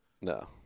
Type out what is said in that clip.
No